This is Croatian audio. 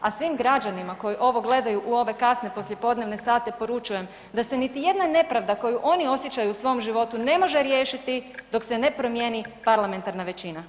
A svim građanima koji ovo gledaju u ove kasne poslijepodnevne sate poručujem da se niti jedna nepravda koju oni osjećaju u svom životu ne može riješiti dok se ne promijeni parlamentarna većina.